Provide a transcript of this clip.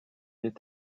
est